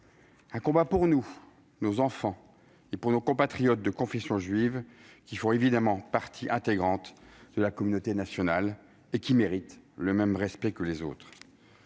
un combat pour nous, pour nos enfants et pour nos compatriotes de confession juive, qui font évidemment partie intégrante de la communauté nationale et méritent le même respect que les autres.